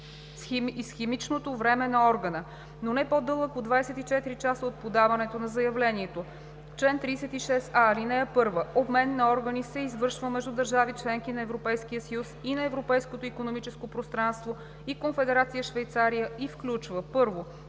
исхемичното време на органа, но не по-дълъг от 24 часа от подаването на заявлението. Чл. 36а. (1) Обмен на органи се извършва между държави – членки на Европейския съюз и на Европейското икономическо пространство и Конфедерация Швейцария и включва: